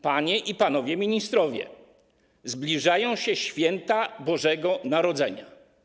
Panie i panowie ministrowie, zbliżają się święta Bożego Narodzenia.